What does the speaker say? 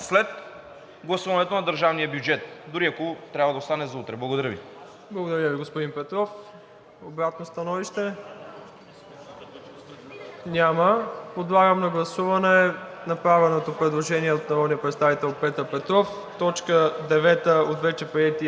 гласуването на държавния бюджет, дори ако трябва да остане за утре. Благодаря Ви. ПРЕДСЕДАТЕЛ МИРОСЛАВ ИВАНОВ: Благодаря Ви, господин Петров. Обратно становище? Няма. Подлагам на гласуване направеното предложение от народния представител Петър Петров точка 9 от вече приетата